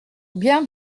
bien